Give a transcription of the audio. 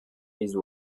raised